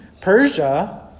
Persia